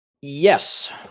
Yes